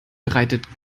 bereitet